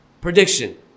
prediction